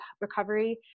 recovery